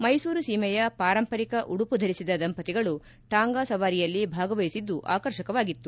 ಮೈಸೂರು ಸೀಮೆಯ ಪಾರಂಪರಿಕ ಉಡುಮ ಧರಿಸಿದ ದಂಪತಿಗಳು ಟಾಂಗಾ ಸವಾರಿಯಲ್ಲಿ ಭಾಗವಹಿಸಿದ್ದು ಆಕರ್ಷಕವಾಗಿತ್ತು